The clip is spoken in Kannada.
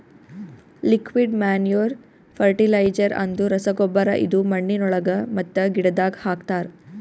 ಲಿಕ್ವಿಡ್ ಮ್ಯಾನೂರ್ ಫರ್ಟಿಲೈಜರ್ ಅಂದುರ್ ರಸಗೊಬ್ಬರ ಇದು ಮಣ್ಣಿನೊಳಗ ಮತ್ತ ಗಿಡದಾಗ್ ಹಾಕ್ತರ್